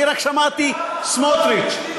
אני רק שמעתי סמוטריץ.